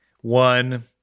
One